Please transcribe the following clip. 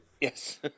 Yes